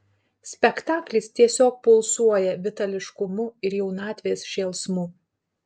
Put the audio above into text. spektaklis tiesiog pulsuoja vitališkumu ir jaunatvės šėlsmu